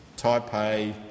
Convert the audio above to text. Taipei